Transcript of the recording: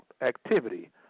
activity